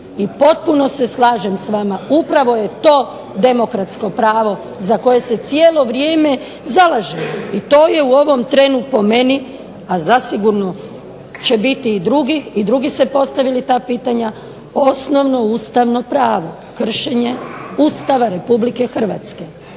potpuno se slažem s vama upravo je to demokratsko pravo za koje se cijelo vrijeme zalažemo i to je u ovom trenu po meni, a zasigurno su i drugi postavili ta pitanja osnovno ustavno pravo, kršenje Ustava Republike Hrvatske.